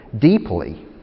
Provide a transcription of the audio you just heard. deeply